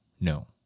No